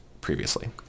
previously